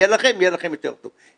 יהיה לכם יותר טוב.